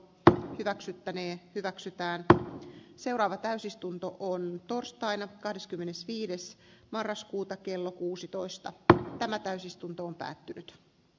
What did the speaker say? tämä hyväksyttäneen hyväksytään seuraava täysistunto on torstaina kahdeskymmenesviides sitä mietintöä arvioitaisiin täällä isossa salissa